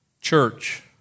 Church